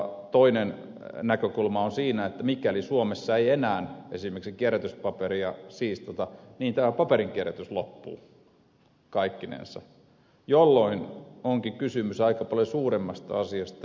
toinen näkökulma on siinä että mikäli suomessa ei enää esimerkiksi kierrätyspaperia siistata niin paperinkierrätys loppuu kaikkinensa jolloin onkin kysymys aika paljon suuremmasta asiasta